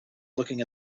looking